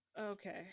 Okay